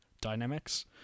Dynamics